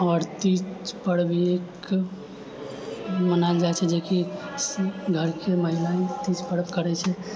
आओर तीज पर्व भी एक मनाएल जाइ छै जेकि घरके महिलाए तीज पर्व करै छै